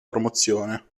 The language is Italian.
promozione